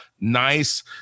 nice